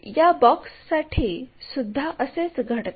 या बॉक्ससाठीसुद्धा असेच घडते